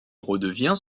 redevient